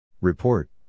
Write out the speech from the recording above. Report